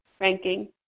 ranking